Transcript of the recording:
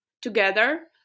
together